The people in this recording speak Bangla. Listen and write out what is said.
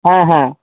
হ্যাঁ হ্যাঁ